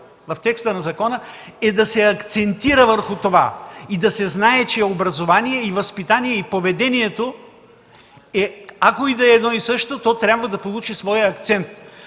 в текста на закона, за да се акцентира върху това и да се знае, че образованието, възпитанието и поведението, ако и да са едно и също, възпитанието трябва да получи своя акцент.